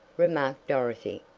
remarked dorothy.